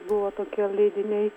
buvo tokie leidiniai